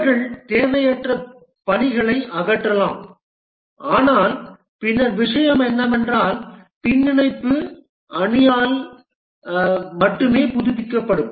அவர்கள் தேவையற்ற பணிகளையும் அகற்றலாம் ஆனால் பின்னர் விஷயம் என்னவென்றால் பின்னிணைப்பு அணியால் மட்டுமே புதுப்பிக்கப்படும்